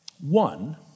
One